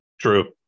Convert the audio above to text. True